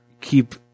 keep